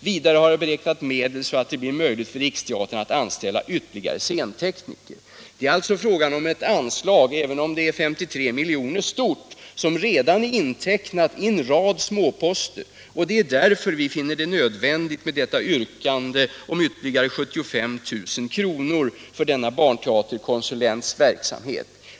Vidare har jag beräknat medel så att det blir möjligt för Riksteatern att anställa ytterligare scentekniker.” Här är det alltså fråga om ett anslag som, även om det är 53 milj.kr. stort, redan är intecknat i en rad småposter. Därför finner vi det vara nödvändigt med detta yrkande om ytterligare 75 000 kr. för barnteaterkonsulentverksamheten.